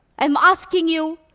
i'm asking you,